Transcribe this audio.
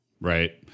Right